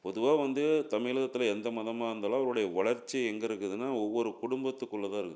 பொதுவாக வந்து தமிழகத்துல எந்த மதமாக இருந்தாலும் அவர்களுடைய வளர்ச்சி எங்கே இருக்குதுன்னா ஒவ்வொரு குடும்பத்துக்குள்ளே தான் இருக்குது